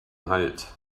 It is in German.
halt